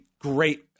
great –